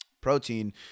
protein